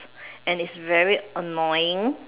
and it's very annoying